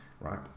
right